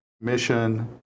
mission